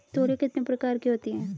तोरियां कितने प्रकार की होती हैं?